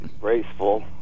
graceful